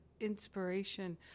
inspiration